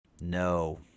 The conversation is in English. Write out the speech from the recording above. No